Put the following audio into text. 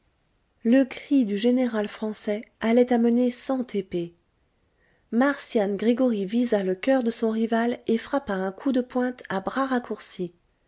le cri du général français allait amener cent épées marcian gregoryi visa le coeur de son rival et frappa un coup de pointe à bras raccourci